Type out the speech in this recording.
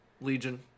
Legion